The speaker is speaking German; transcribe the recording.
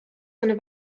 eine